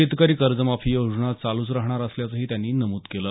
शेतकरी कर्जमाफी योजना चालूच राहणार असल्याचंही त्यांनी नमूद केलं